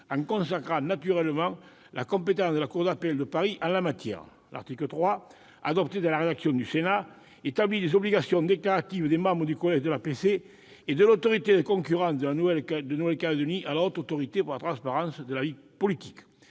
en consacrant naturellement la compétence de la cour d'appel de Paris en la matière. L'article 3, adopté dans la rédaction du Sénat, établit les obligations déclaratives des membres du collège de l'APC et de l'Autorité de concurrence de la Nouvelle-Calédonie à l'égard de la Haute Autorité pour la transparence de la vie publique,